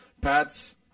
Pat's